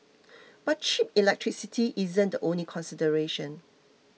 but cheap electricity isn't the only consideration